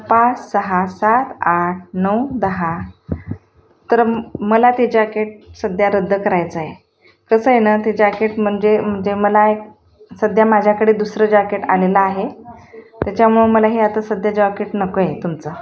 पाच सहा सात आठ नऊ दहा तर मला ते जॅकेट सध्या रद्द करायचं आहे कसं आहे नं ते जॅकेट म्हणजे म्हणजे मला एक सध्या माझ्याकडे दुसरं जॅकेट आलेलं आहे त्याच्यामुळं मला हे आता सध्या जॉकेट नको आहे तुमचं